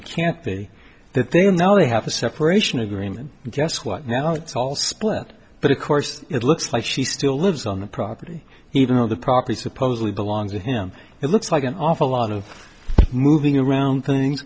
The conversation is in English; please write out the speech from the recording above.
it can't be that they're now they have a separation agreement guess what now it's all split but of course it looks like she still lives on the property even though the property supposedly belongs to him it looks like an awful lot of moving around things